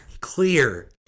Clear